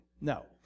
No